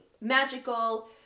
magical